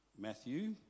Matthew